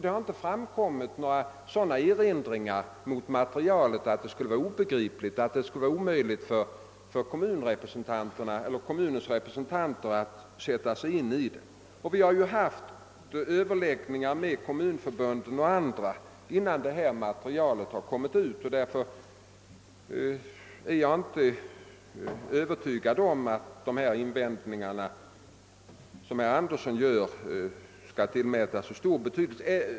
Det har inte framkommit några erinringar mot materialet om att det skulle vara obegripligt och att det skulle vara omöjligt för kommunens representanter att sätta sig in i det. Vi har också haft överläggningar med kommunförbunden och andra innan detta material skickades ut. Jag är därför övertygad om att herr Anderssons invändningar inte bör tillmätas så stor betydelse.